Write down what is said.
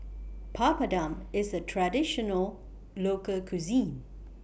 Papadum IS A Traditional Local Cuisine